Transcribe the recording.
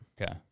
okay